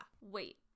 Wait